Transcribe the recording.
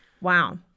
Wow